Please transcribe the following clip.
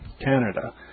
Canada